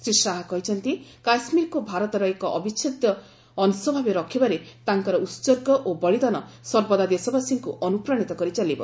ଶ୍ରୀ ଶାହା କହିଛନ୍ତି କାଶ୍ମୀରକୁ ଭାରତର ଏକ ଅବିଚ୍ଛେଦ୍ୟ ଅଂଶ ଭାବେ ରଖିବାରେ ତାଙ୍କର ଉତ୍କର୍ଗ ଓ ବଳିଦାନ ସର୍ବଦା ଦେଶବାସୀଙ୍କୁ ଅନୁପ୍ରାଣିତ କରି ଚାଲିବ